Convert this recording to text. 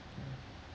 ya